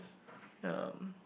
yeah